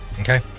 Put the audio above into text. Okay